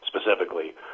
specifically